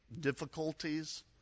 difficulties